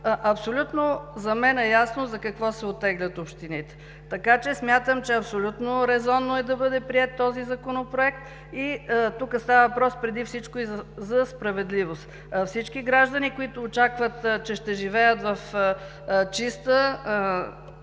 абсолютно ясно за какво се оттеглят общините. Така че смятам, за резонно да бъде приет този Законопроект. Тук става въпрос преди всичко и за справедливост. Всички граждани, които очакват, че ще живеят в чиста